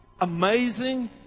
amazing